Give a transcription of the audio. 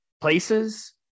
places